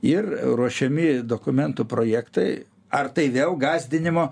ir ruošiami dokumentų projektai ar tai vėl gąsdinimo